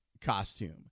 costume